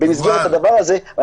במסגרת הדבר הזה.